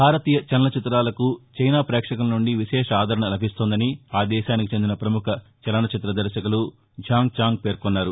భారతీయ చలనచితాలకు చైనా పేక్షకుల నుండి విశేషాదరణ లభిస్తోందని ఆదేశానికి చెందిన ప్రముఖ చలనచిత్ర దర్శకులు ఝాంగ్ ఛాంగ్ పేర్కొన్నారు